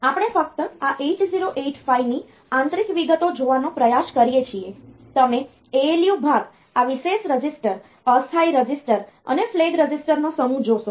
આપણે ફક્ત આ 8085 ની આંતરિક વિગતો જોવાનો પ્રયાસ કરીએ છીએ તમે ALU ભાગ આ વિશેષ રજિસ્ટર અસ્થાયી રજિસ્ટર અને ફ્લેગ રજિસ્ટરનો સમૂહ જોશો